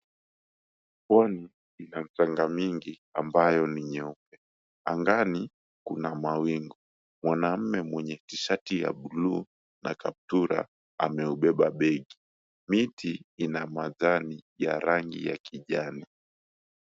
Pwani ina mchanga mingi ambayo ni nyeupe, angani kuna mawingu, mwanaume mwenye tishati ya bul𝑢u na kaptura ameubeba begi, miti ina mandhari ya rangi ya kijani.